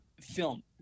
film